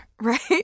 right